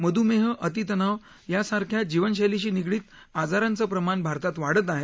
मध्मेह अतितणाव सारख्या जीवनशैलीशी निगडित आजारांचं प्रमाण भारतात वाढत आहे